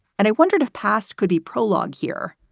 and i wondered if past could be prologue here.